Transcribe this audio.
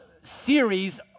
series